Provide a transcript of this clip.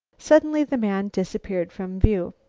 suddenly the man disappeared from view.